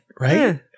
right